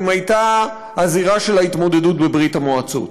הייתה הזירה של ההתמודדות בברית-המועצות.